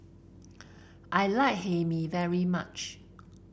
I like Hae Mee very much